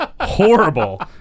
horrible